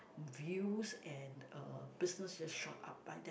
views and uh business just shot up by that